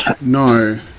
no